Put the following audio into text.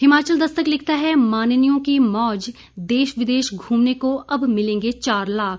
हिमाचल दस्तक लिखता है माननीयों की मौज देश विदेश घूमने को अब मिलेंगे चार लाख